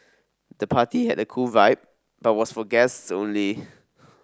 the party had a cool vibe but was for guests only